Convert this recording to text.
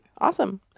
Awesome